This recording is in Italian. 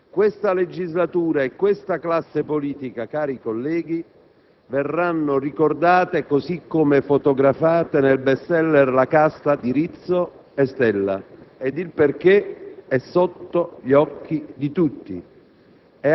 Questa legislatura e questa classe politica, cari colleghi, verranno ricordate così come fotografate nel *best seller* «La Casta» di Rizzo e Stella, ed il perché è sotto gli occhi di tutti.